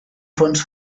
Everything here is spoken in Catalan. fons